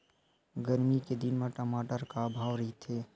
गरमी के दिन म टमाटर का भाव रहिथे?